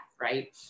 right